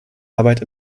arbeit